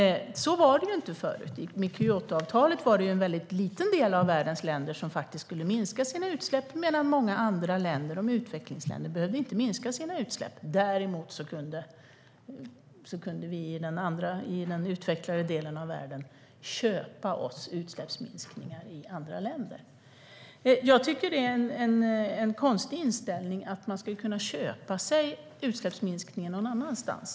Så var det inte tidigare. Med Kyotoavtalet var det en mycket liten del av världens länder som skulle minska sina utsläpp medan många andra länder, utvecklingsländer, inte behövde minska utsläppen. Däremot kunde vi i den utvecklade delen av världen köpa utsläppsminskningar i andra länder. Jag tycker att det är en konstig inställning att man ska kunna köpa utsläppsminskningar någon annanstans.